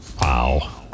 Wow